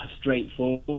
straightforward